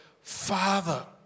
Father